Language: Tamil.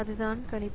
அதுதான் கணிப்பு